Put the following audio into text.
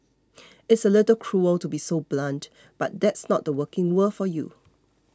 it's a little cruel to be so blunt but that's not the working world for you